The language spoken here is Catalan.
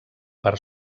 part